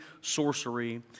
sorcery